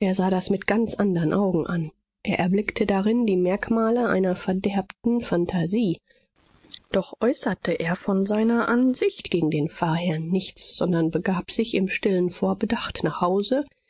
er sah das mit ganz andern augen an er erblickte darin die merkmale einer verderbten phantasie doch äußerte er von seiner ansicht gegen den pfarrherrn nichts sondern begab sich in stillem vorbedacht nach hause